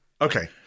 Okay